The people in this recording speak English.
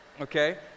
okay